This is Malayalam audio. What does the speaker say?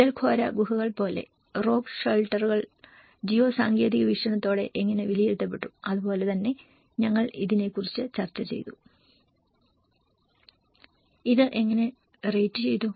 പിതൽഖോര ഗുഹകൾ പോലെ റോക്ക് ഷെൽട്ടറുകൾ GEO സാങ്കേതിക വീക്ഷണത്തോടെ എങ്ങനെ വിലയിരുത്തപ്പെട്ടു അതുപോലെ തന്നെ ഞങ്ങൾ ഇതിനെക്കുറിച്ച് ചർച്ച ചെയ്തു ഇത് എങ്ങനെ റേറ്റുചെയ്തു